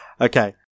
Okay